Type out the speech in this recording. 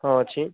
ହଁ ଅଛି